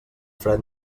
fred